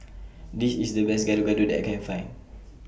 This IS The Best Gado Gado that I Can Find